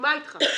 מסכימה אתך,